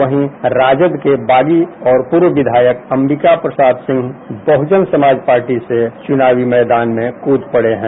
वहीं राजद के बागी और पूर्व विधायक अंबिका प्रसाद सिंह बहुजन समाज पार्टी से चुनावी मैदान में कूद पड़े हैं